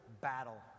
battle